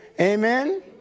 Amen